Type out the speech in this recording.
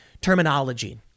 terminology